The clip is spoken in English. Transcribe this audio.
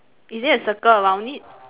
is it a circle around it